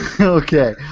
Okay